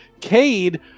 Cade